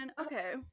okay